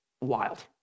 wild